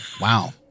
Wow